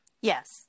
Yes